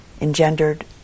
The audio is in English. engendered